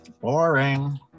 Boring